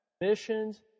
Missions